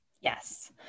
Yes